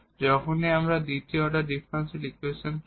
যখনই আমাদের দ্বিতীয় অর্ডার ডিফারেনশিয়াল ইকুয়েশন থাকে